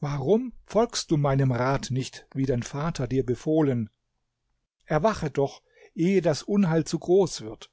warum folgst du meinem rat nicht wie dein vater dir befohlen erwache doch ehe das unheil zu groß wird